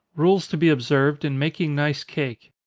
rules to be observed in making nice cake.